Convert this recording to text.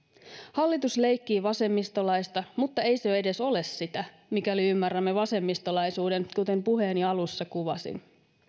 hallitus leikkii vasemmistolaista mutta ei se edes ole sitä mikäli ymmärrämme vasemmistolaisuuden kuten puheeni alussa kuvasin